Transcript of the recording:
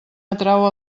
atrau